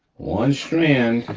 one strand,